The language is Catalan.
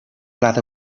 plat